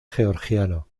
georgiano